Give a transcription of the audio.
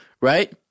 right